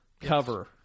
cover